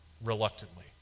reluctantly